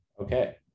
Okay